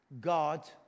God